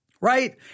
right